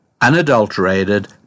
unadulterated